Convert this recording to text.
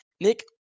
Nick